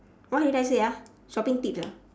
what did I say ah shopping tips ah